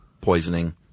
poisoning